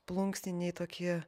plunksniniai tokie